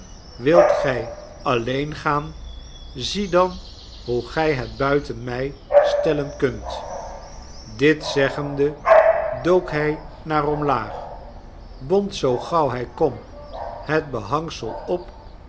wilt gij alleen gaan zie dan hoe gij het buiten mij stellen kunt dit zeggende dook hij naar omlaag bond zoo gauw hij kon het behangsel op